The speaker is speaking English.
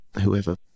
whoever